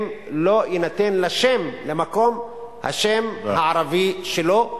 אם לא יינתן למקום השם הערבי שלו,